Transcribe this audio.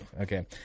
Okay